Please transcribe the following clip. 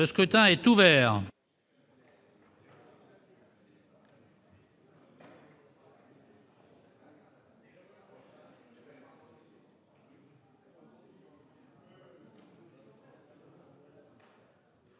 Le scrutin est ouvert.